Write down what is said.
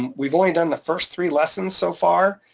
and we've only done the first three lessons so far,